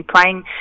playing